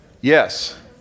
Yes